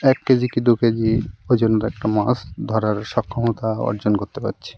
এক K G কি দু কে জি ওজনের একটা মাছ ধরার সক্ষমতা অর্জন করতে পারছি